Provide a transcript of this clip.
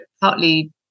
partly